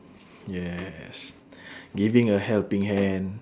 yes giving a helping hand